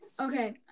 Okay